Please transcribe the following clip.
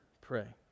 pray